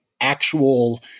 actual